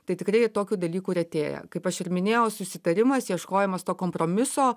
tai tikrai tokių dalykų retėja kaip aš ir minėjau susitarimas ieškojimas to kompromiso